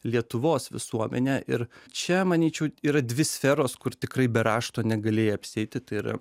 lietuvos visuomenę ir čia manyčiau yra dvi sferos kur tikrai be rašto negali apsieiti tai yra